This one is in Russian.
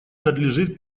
надлежит